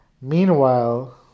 Meanwhile